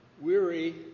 weary